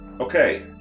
Okay